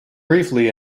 briefly